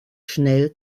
schnell